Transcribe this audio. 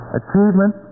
achievement